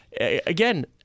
Again